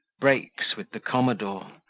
breaks with the commodore,